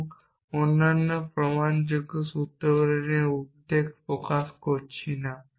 এবং অন্যান্য প্রমাণযোগ্য সূত্রগুলি নিয়ে উদ্বেগ প্রকাশ করছি না